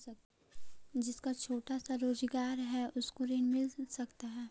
जिसका छोटा सा रोजगार है उसको ऋण मिल सकता है?